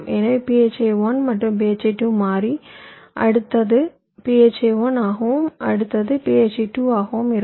எனவே phi 1 மற்றும் phi 2 மாறி அடுத்தது phi 1 ஆகவும் அடுத்தது phi 2 ஆகவும் இருக்கும்